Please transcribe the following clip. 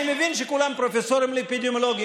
אני מבין שכולם פרופסורים לאפידמיולוגיה.